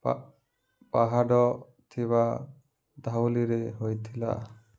ପାହାଡ଼ ଥିବା ଧଉଲିରେ ହୋଇଥିଲା